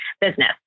business